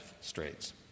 straits